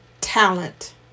talent